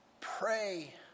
Pray